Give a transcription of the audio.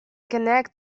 connect